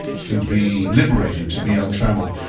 to be liberated, to be untrammeled.